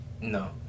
No